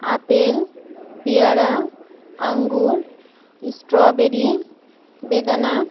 apple পেয়ারা আঙ্গুর strawberry বেদানা